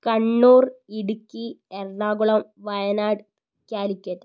Kannur Idukki Ernakulam Wayanad Calicut